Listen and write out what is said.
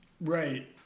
Right